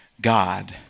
God